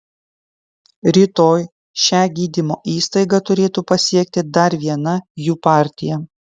rytoj šią gydymo įstaigą turėtų pasiekti dar viena jų partija